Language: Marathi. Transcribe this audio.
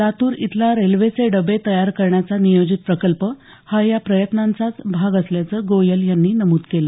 लातूर इथला रेल्वेचे डबे तयार करण्याचा नियोजित प्रकल्प हा या प्रयत्नांचाच भाग असल्याचं गोयल यांनी नमूद केलं